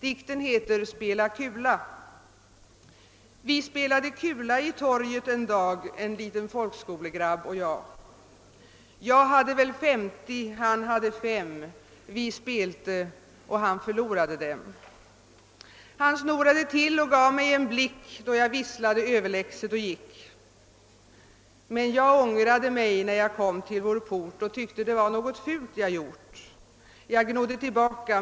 Dikten heter Spela kula: »Vi spelade kula på Torget en dag, Jag hade väl femti, han hade fem. Vi spelte. Och han förlorade dem. Han snorade till och gav mig en blick, då jag visslade överlägset och gick. Men jag ångrade mig, när jag kom till vår port, och tyckte det var något fult, jag gjort. Jag gnodde tillbaka.